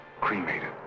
cremated